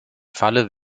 falle